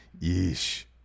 Yeesh